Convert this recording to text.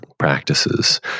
practices